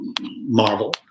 Marvel